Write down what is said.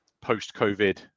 post-COVID